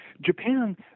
Japan